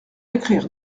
écrire